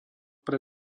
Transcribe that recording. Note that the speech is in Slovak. pre